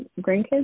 grandkids